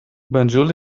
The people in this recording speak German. banjul